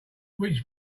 which